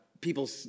people